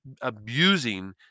abusing